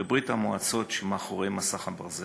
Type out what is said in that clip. בברית-המועצות שמאחורי מסך הברזל.